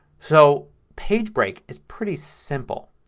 so page break is pretty simple.